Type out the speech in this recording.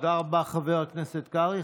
תודה רבה, חבר הכנסת קרעי.